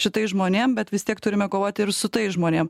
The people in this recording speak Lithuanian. šitais žmonėm bet vis tiek turime kovoti ir su tais žmonėm